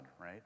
right